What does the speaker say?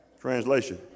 translation